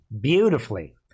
beautifully